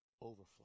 Overflow